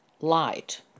light